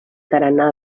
tarannà